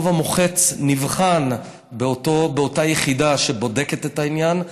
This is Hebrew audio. הרוב המוחץ נבחנו באותה יחידה שבודקת את העניין.